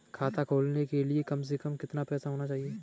खाता खोलने के लिए कम से कम कितना पैसा होना चाहिए?